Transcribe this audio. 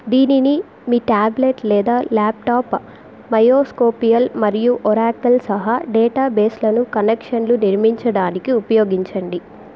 దీనిని మీ ట్యాబ్లెట్ లేదా ల్యాప్టాప్ బయోస్కోపియల్ మరియు ఒరాకిల్ సహా డేటాబేస్లను కనెక్షన్లు నిర్మించడానికి ఉపయోగించండి